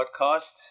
podcast